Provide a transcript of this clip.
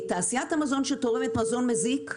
תעשיית המזון שתורמת מזון מזיק,